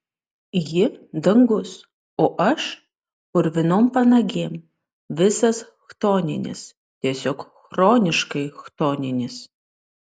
ji dangus o aš purvinom panagėm visas chtoninis tiesiog chroniškai chtoninis